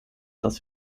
das